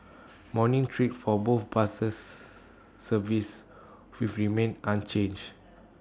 morning trips for both buses services with remain unchanged